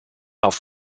auf